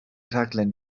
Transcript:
rhaglen